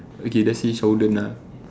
okay let's say ah